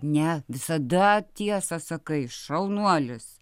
ne visada tiesą sakai šaunuolis